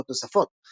ומשפחות נוספות.